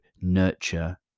nurture